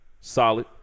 Solid